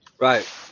Right